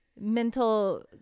mental